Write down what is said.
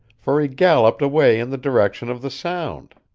for he galloped away in the direction of the sound.